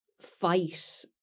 fight